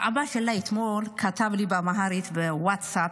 אבא שלה אתמול כתב לי באמהרית בווטסאפ,